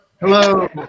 Hello